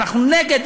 אנחנו נגד,